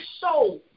soul